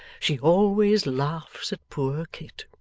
she always laughs at poor kit